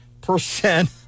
percent